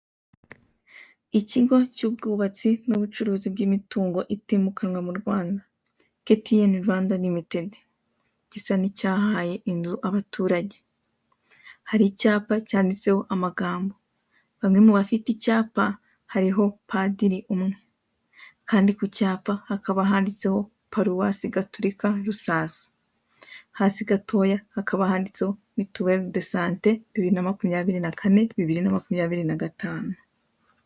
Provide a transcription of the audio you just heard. Ikigo cy'ubwubatsi n'ubucuruzi bw'imitungo itimukanwa mu Rwanda, KTN Rwanda lmtd, gisa n'icyahaye inzu abaturage. Hari icyapa cyanditseho amagambo, bamwe mu bafite icyapa hariho padiri umwe, kandi ku cyapa hakaba handitse Paruwase Gaturika Rusasa, hasi gatoya hakaba handitseho mituelle de sante bibiri na makumyabiri na kane, bibiri na makumyabiri na gatanu.